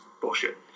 bullshit